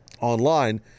online